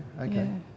Okay